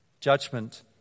judgment